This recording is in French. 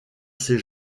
ces